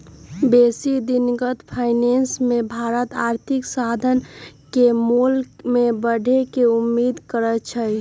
बेशी दिनगत फाइनेंस मे भारत आर्थिक साधन के मोल में बढ़े के उम्मेद करइ छइ